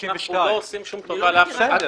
אנחנו לא עושים שום טובה לאף אחד.